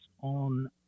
on